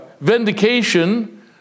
vindication